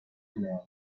commands